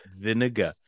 vinegar